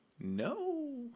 No